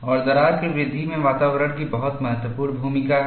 और दरार की वृद्धि में वातावरण की बहुत महत्वपूर्ण भूमिका है